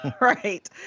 Right